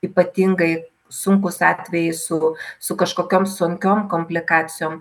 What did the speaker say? ypatingai sunkūs atvejai su su kažkokiom sunkiom komplikacijom